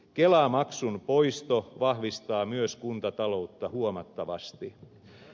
kelamaksun poisto vahvistaa myös kuntataloutta huomattavasti